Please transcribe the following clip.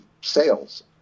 sales